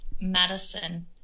Madison